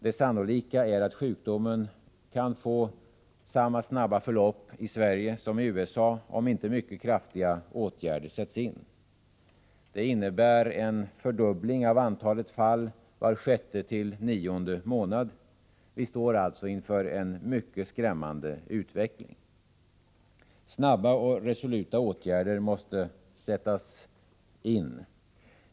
Det sannolika är att sjukdomen kan få samma snabba förlopp i Sverige som i USA om inte mycket kraftiga åtgärder sätts in. Det innebär en fördubbling av antalet fall var sjätte till nionde månad. Vi står alltså inför en mycket skrämmande utveckling. Snabba och resoluta åtgärder måste sättas in.